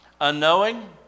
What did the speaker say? Unknowing